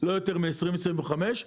לא יותר מעשרים או עשרים וחמש,